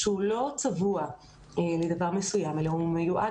שהוא לא צבוע לדבר מסוים אלא הוא מיועד